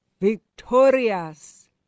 victorious